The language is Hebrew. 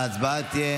ההצבעה תהיה